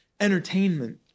entertainment